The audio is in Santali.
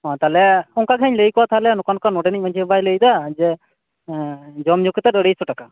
ᱚᱸ ᱛᱟᱦᱚᱞᱮ ᱚᱱᱠᱟᱜᱮ ᱦᱟᱸᱜ ᱤᱧ ᱞᱟ ᱭ ᱠᱚᱣᱟ ᱛᱟᱦᱚᱞᱮ ᱱᱚᱝᱠᱟ ᱱᱚᱝᱠᱟ ᱱᱚᱸᱰᱮᱱᱤᱡ ᱢᱟᱺᱡᱷᱤ ᱵᱟᱵᱟᱭ ᱞᱟ ᱭᱫᱟ ᱡᱮ ᱡᱚᱢ ᱧᱩ ᱠᱟᱛᱮᱫ ᱟᱲᱟᱭ ᱥᱚ ᱴᱟᱠᱟ